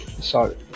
Sorry